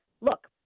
Look